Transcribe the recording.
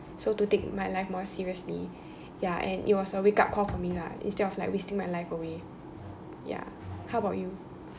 so to take my life more seriously ya and it was a wake up call for me lah instead of like wasting my life away ya how about you